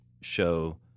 show